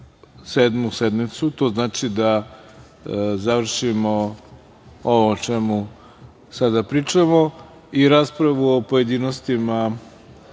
Sedmu sednicu, to znači da završimo ovo o čemu sada pričamo i raspravu o pojedinostima